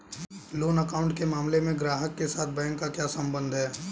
Loan account के मामले में ग्राहक के साथ बैंक का क्या संबंध है?